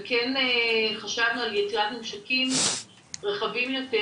וכן חשבנו על יצירת ממשקים רחבים יותר,